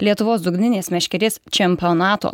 lietuvos dugninės meškerės čempionato